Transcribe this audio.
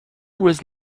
with